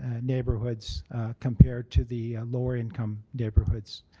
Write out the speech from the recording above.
ah neighbourhoods compared to the lower income neighbourhoods.